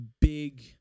big